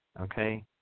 Okay